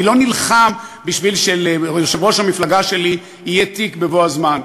אני לא נלחם בשביל שליושב-ראש המפלגה שלי יהיה תיק בבוא הזמן,